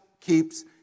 keeps